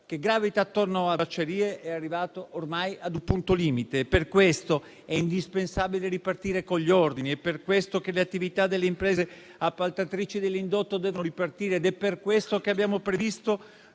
gravita attorno ad Acciaierie d'Italia è arrivato ormai a un punto limite. Per questo è indispensabile ripartire con gli ordini e le attività delle imprese appaltatrici dell'indotto devono ripartire. È per questo che abbiamo previsto